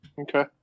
Okay